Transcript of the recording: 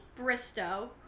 Bristow